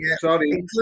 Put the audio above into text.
sorry